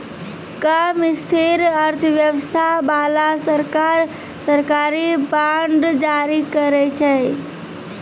कम स्थिर अर्थव्यवस्था बाला सरकार, सरकारी बांड जारी करै छै